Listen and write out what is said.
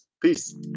Peace